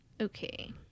Okay